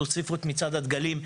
תוסיפו את מצעד הדגלים.